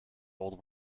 old